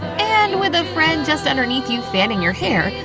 and with a friend just underneath you fanning your hair,